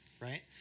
right